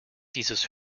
dieses